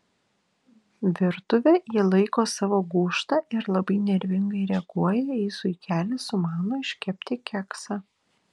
virtuvę ji laiko savo gūžta ir labai nervingai reaguoja jei zuikelis sumano iškepti keksą